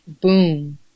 boom